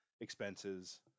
expenses